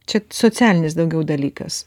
čia socialinis daugiau dalykas